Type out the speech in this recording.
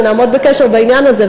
נעמוד בקשר בעניין הזה,